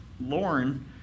Lauren